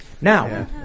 Now